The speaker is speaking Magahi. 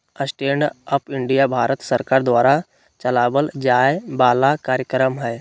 स्टैण्ड अप इंडिया भारत सरकार द्वारा चलावल जाय वाला कार्यक्रम हय